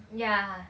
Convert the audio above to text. ya